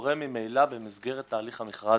וקורה ממילא במסגרת תהליך המכרז.